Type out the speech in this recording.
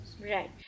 right